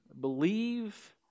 believe